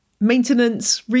maintenance